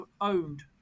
owned